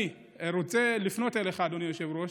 אני רוצה לפנות אליך, אדוני היושב-ראש,